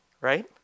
right